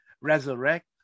resurrect